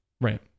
Right